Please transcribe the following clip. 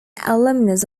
alumnus